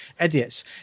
idiots